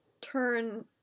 turn